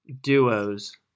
duos